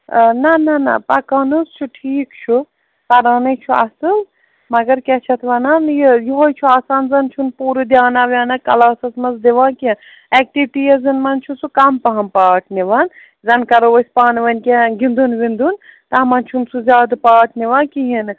آ نَہ نَہ نَہ پَکان حظ چھُ ٹھیٖک چھُ پَرانَے چھُ اَصٕل مَگر کیٛاہ چھِ اَتھ وَنان یہِ یِہوٚے چھُ آسان زَن چھُنہٕ پوٗرٕ دھیانا ویٛانا کَلاسَس منٛز دِوان کینٛہہ اٮ۪کٹِوِٹیٖزَن منٛز چھُ سُہ کَم پَہَم پاٹ نِوان زَنہٕ کَرو أسۍ پانہٕ ؤنۍ کینٛہہ گِندُن وِندُن تَتھ منٛز چھُنہٕ سُہ زیادٕ پاٹ نِوان کِہیٖنۍ نہٕ